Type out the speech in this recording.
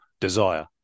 desire